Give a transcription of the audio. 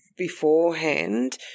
beforehand